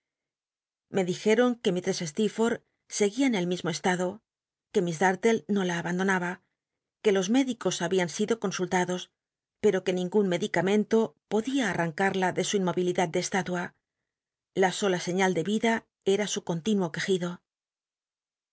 ife dijeron que mistress steel'forth seguía en el mismo estado que miss dartle no la abandonaba que los médicos habían sido consullados peo que ningun medicamento podía al'ranc tda de su inmovilidad de cstálua la sola señal de ida era su conlínuo quejido